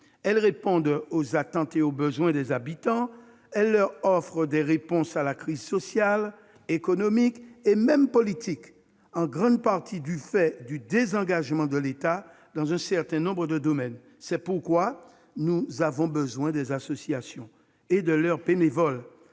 Elles répondent aux attentes et aux besoins des habitants, elles leur offrent des réponses à la crise sociale, économique et même politique, en grande partie du fait du désengagement de l'État dans un certain nombre de domaines. C'est pourquoi nous avons besoin des associations et de leurs bénévoles,